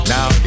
Now